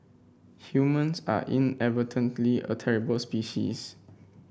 humans are inadvertently a terrible species